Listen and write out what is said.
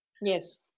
yes